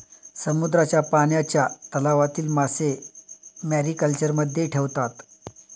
समुद्राच्या पाण्याच्या तलावातील मासे मॅरीकल्चरमध्ये ठेवतात